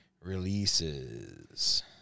releases